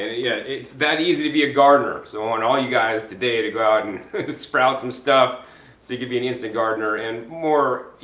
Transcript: yeah it's that easy to be a gardener. so i want all you guys today to go out and sprout some stuff so you could be an instant gardener and more,